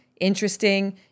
interesting